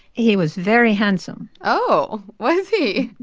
he was very handsome oh, was he?